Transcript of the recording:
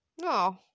No